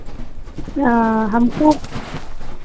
आ हमको